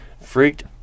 Freaked